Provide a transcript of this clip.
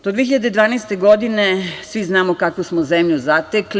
Do 2012. godine, svi znamo kakvu smo zemlju zatekli.